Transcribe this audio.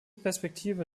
perspektive